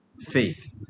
faith